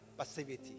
passivity